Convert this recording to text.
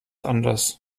anders